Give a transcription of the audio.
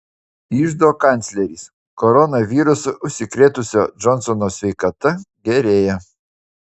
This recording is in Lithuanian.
iždo kancleris koronavirusu užsikrėtusio džonsono sveikata gerėja